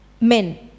men